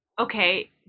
okay